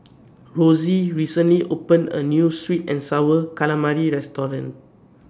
Rosey recently opened A New Sweet and Sour Calamari Restaurant